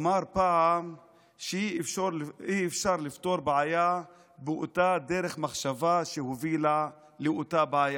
שאמר פעם שאי-אפשר לפתור בעיה באותה דרך מחשבה שהובילה לאותה בעיה.